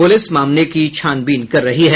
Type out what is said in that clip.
प्रलिस मामले की छानबीन कर रही हैं